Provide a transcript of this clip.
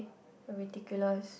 ridiculous